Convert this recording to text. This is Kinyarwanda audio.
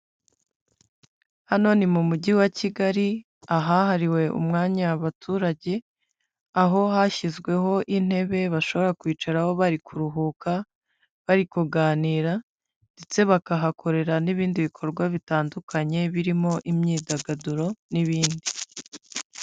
Hano ni mu mujyi wa Kigali, ahahariwe umwanya abaturage, aho hashyizweho intebe bashobora kwicaraho bari kuruhuka, bari kuganira ndetse bakahakorera n'ibindi bikorwa bitandukanye birimo imyidagaduro n'ibindi.